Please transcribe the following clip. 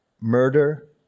murder